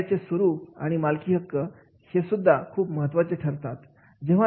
कार्याचे स्वरूप आणि मालकी हक्क हे सुद्धा खूप महत्त्वाचे ठरतात